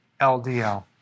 LDL